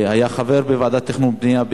היה חבר בוועדת תכנון ובנייה,